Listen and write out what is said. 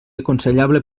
aconsellable